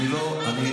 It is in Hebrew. על מה אתה מדבר?